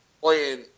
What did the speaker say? playing